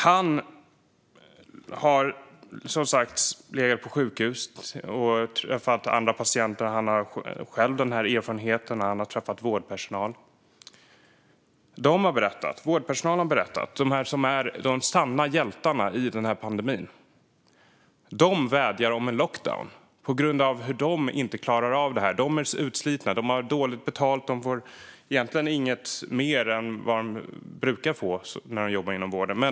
Han har som sagt legat på sjukhus, träffat andra patienter och har själv den här erfarenheten. Han har träffat vårdpersonal. Vårdpersonalen, de som är de sanna hjältarna i pandemin, vädjar om en lockdown på grund av att de inte klarar av detta. De är utslitna. De har dåligt betalt; de får egentligen inget mer än vad de brukar få när de jobbar inom vården.